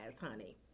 Honey